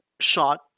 Shot